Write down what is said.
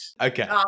okay